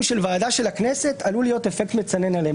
של ועדה של הכנסת עלול להיות אפקט מצנן עליהם,